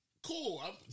Cool